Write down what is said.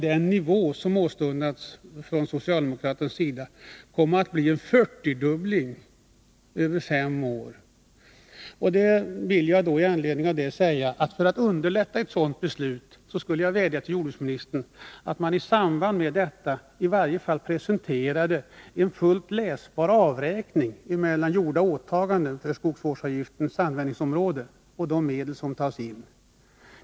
Den nivå som åstundas från socialdemokratisk sida skulle komma att innebära en fyrtiodubbling av avgiften över fem år. Jag vill vädja till jordbruksministern att man för att underlätta ett sådant beslut i samband med förslaget presenterar en fullt läsbar avräkning mellan gjorda åtaganden på skogsvårdsavgiftens användningsområde och de medel som tasin.